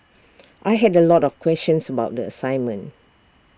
I had A lot of questions about the assignment